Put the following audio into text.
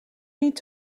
niet